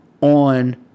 on